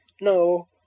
no